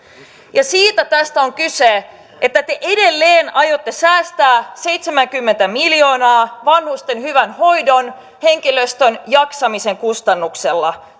siitä tässä on kyse että te edelleen aiotte säästää seitsemänkymmentä miljoonaa vanhusten hyvän hoidon henkilöstön jaksamisen kustannuksella